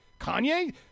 Kanye